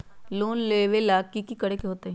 Loan लेबे ला की कि करे के होतई?